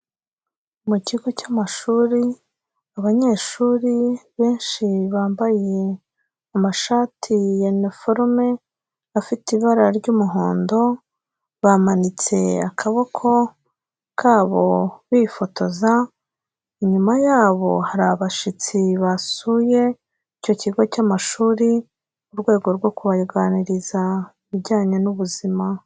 Mu kigo cy'amashuri, abanyeshuri benshi bambaye amashati ya uniforme afite ibara ry'umuhondo, bamanitse akaboko kabo bifotoza, inyuma yabo hari abashyitsi basuye icyo kigo cy'amashuri mu rwego rwo kubaganiriza ibijyanye n'ubuzima.